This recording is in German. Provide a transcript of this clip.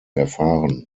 erfahren